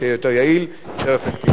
שיהיה יותר יעיל ויותר אפקטיבי.